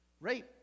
rape